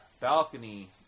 balcony